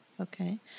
Okay